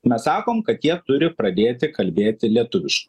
mes sakom kad jie turi pradėti kalbėti lietuviškai